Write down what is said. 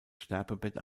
sterbebett